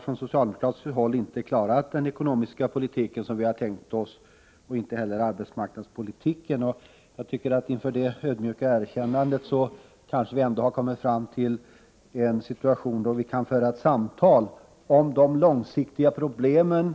Från socialdemokratiskt håll har man inte klarat den ekonomiska politiken som man har tänkt sig, och inte heller arbetsmarknadspolitiken, sade han. Efter det ödmjuka erkännandet kanske vi har kommit fram till en situation då vi ändå kan föra ett samtal om de långsiktiga problemen.